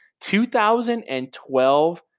2012